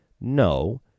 No